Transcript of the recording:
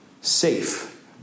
safe